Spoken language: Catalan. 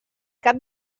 cap